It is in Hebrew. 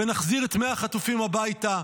ונחזיר את מאה החטופים הביתה,